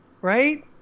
Right